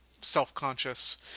self-conscious